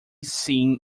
seen